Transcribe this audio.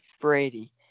Brady